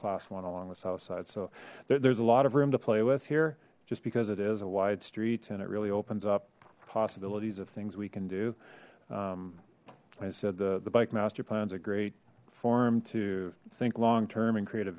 class one along the south side so there's a lot of room to play with here just because it is a wide street and it really opens up possibilities of things we can do i said the the bike master plan is a great forum to think long term and creat